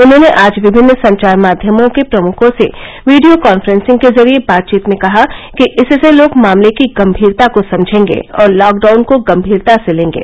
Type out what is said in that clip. उन्होंने आज विभिन्न संचार माध्यमों के प्रमुखों से वीडियो कांक्रेंसिंग के जरिए बातचीत में कहा कि इससे लोग मामले की गंभीरता को समझेंगे और लॉकडाउन को गंभीरता से लेंगे